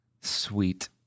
Sweet